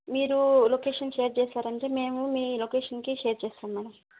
మీరు location share చేసారంటే మేము మీ లొకేషన్కి షేర్ చేస్తాం మేడం